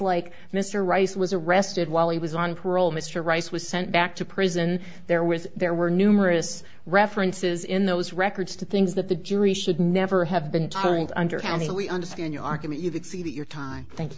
like mr rice was arrested while he was on parole mr rice was sent back to prison there was there were numerous references in those records to things that the jury should never have been towing under counsel we understand your argument you could see that your time thank